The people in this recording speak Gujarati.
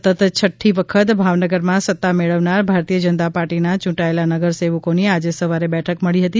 સતત છઠઠઠી વખત ભાવનગરમાં સત્તા મેળવનાર ભારતીય જનતા પાર્ટીના યૂંટાયેલા નગરસેવકોની આજે સવારે બેઠક મળી હતી